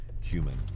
human